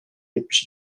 yetmiş